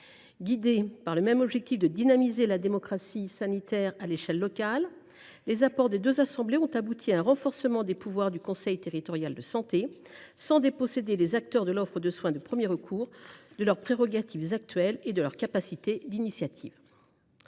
guidées par le même objectif de dynamiser la démocratie sanitaire à l’échelle locale, les deux assemblées ont abouti, par leurs apports, à un renforcement des pouvoirs du conseil territorial de santé, sans déposséder les acteurs de l’offre de soins de premier recours de leurs prérogatives actuelles et de leur capacité d’initiative.